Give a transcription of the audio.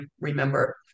remember